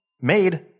made